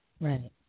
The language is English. Right